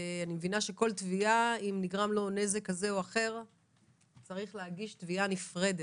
אם נגרם לו נזק כזה או אחר וצריך להגיש תביעה נפרדת.